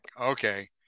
okay